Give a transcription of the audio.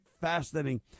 fascinating